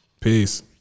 Peace